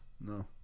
No